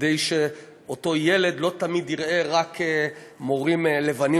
כדי שאותו ילד לא תמיד יראה רק מורים לבנים,